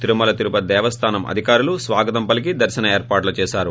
తిరుమల తిరుపతి దేవస్దానం అధికారులు స్వాగతం పలికి దర్శన ఏర్పాట్లు చేశారు